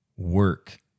Work